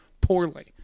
poorly